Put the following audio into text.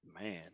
Man